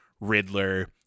Riddler